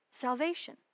salvation